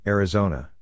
Arizona